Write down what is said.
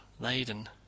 laden